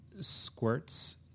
squirts